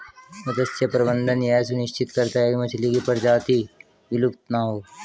मत्स्य प्रबंधन यह सुनिश्चित करता है की मछली की प्रजाति विलुप्त ना हो